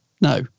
No